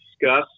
discuss